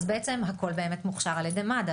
אז בעצם הכול באמת מוכשר על ידי מד"א,